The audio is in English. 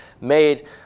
made